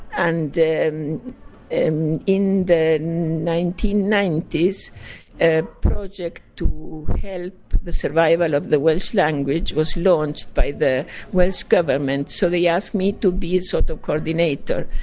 and in in the nineteen ninety s a project to help the survival of the welsh language was launched by the welsh government, so they asked me to be a sort of coordinator,